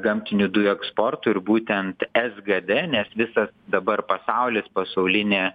gamtinių dujų eksportui ir būtent sgd nes visas dabar pasaulis pasaulinė